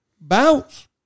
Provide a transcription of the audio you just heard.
bounce